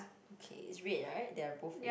okay it's red right they are both red